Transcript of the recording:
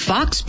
Fox